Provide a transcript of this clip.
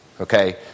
Okay